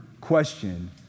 question